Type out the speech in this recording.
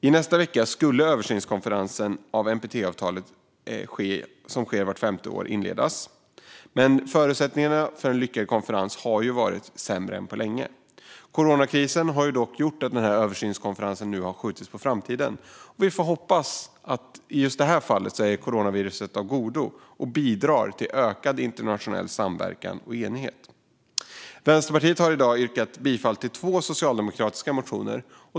I nästa vecka skulle översynskonferensen av NPT-avtalet, som äger rum vart femte år, inledas. Förutsättningarna för en lyckad konferens är dock sämre än på länge. Coronakrisen har gjort att översynskonferensen skjutits på framtiden. Vi får hoppas att coronaviruset i just detta fall är av godo och bidrar till ökad internationell samverkan och enighet. Vänsterpartiet yrkar i dag bifall till två socialdemokratiska motioner.